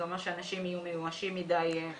זה אומר שאנשים יהיו מיואשים מדי כדי לפנות.